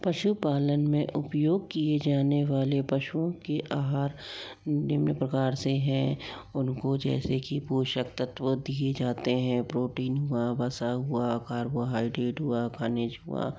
पशुपालन में उपयोग किए जाने वाले पशुओं के आहार निम्न प्रकार से हैं उनको जैसे कि पोषक तत्व दिये जाते हैं प्रोेटीन हुआ वसा हुआ कार्बोहाइड्रेट हुआ खनिज हुआ